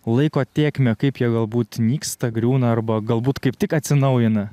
laiko tėkmę kaip jie galbūt nyksta griūna arba galbūt kaip tik atsinaujina